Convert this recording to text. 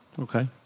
Okay